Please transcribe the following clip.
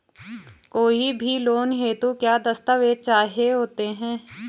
कोई भी लोन हेतु क्या दस्तावेज़ चाहिए होते हैं?